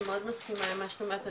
אני מאוד ממסכימה עם מה שאת אומרת,